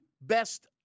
best